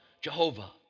Jehovah